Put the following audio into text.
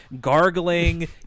gargling